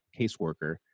caseworker